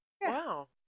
Wow